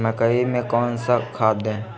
मकई में कौन सा खाद दे?